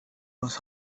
was